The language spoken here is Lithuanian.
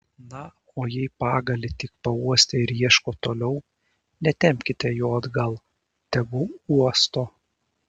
na o jei pagalį tik pauostė ir ieško toliau netempkite jo atgal tegu uosto